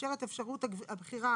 תחולה,